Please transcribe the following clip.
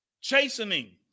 Chastening